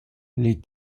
les